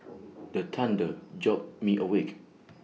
the thunder jolt me awake